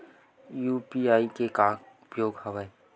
UPI के का उपयोग हवय?